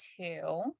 two